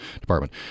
department